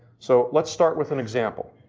so, let's start with an example.